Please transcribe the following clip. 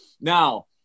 now